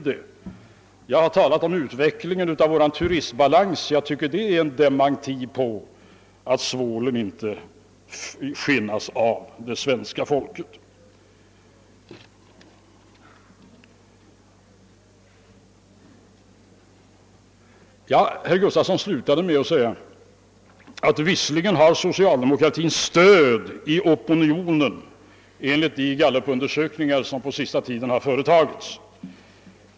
Det jag har sagt om utvecklingen av vår turistbalans tycker jag är en dementi på att det svenska folket skulle skinnas inpå svålen. Herr Gustafson slutade med att säga att socialdemokratin har stöd i opinionen enligt de gallupundersökningar som har företagits på senaste tiden.